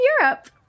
Europe